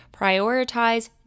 prioritize